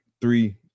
three